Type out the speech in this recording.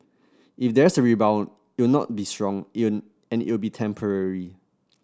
if there's a rebound it'll not be strong and it'll be temporary